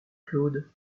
claude